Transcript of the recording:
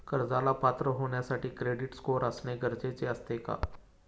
कर्जाला पात्र होण्यासाठी क्रेडिट स्कोअर असणे गरजेचे असते का?